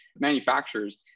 manufacturers